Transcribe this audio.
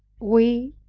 we,